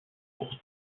pour